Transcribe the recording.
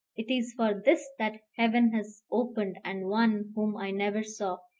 it is for this that heaven has opened, and one whom i never saw,